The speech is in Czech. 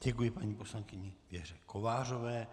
Děkuji paní poslankyni Věře Kovářové.